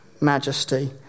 majesty